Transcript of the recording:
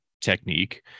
technique